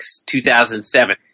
2007